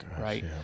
right